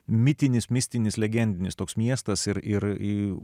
mitinis mistinis legendinis toks miestas ir ir į